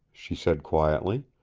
she said quietly.